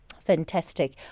Fantastic